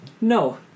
No